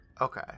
Okay